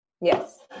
yes